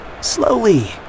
Slowly